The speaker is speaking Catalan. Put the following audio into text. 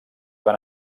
van